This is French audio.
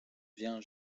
vient